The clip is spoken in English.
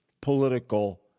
political